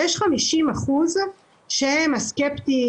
50% הם הסקפטיים,